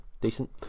decent